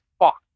fuck